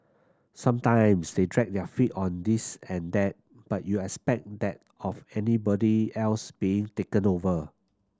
sometimes they dragged their feet on this and that but you expect that of anybody else being taken over